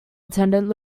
attendant